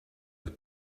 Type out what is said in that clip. with